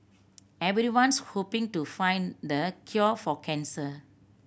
everyone's hoping to find the cure for cancer